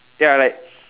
ya like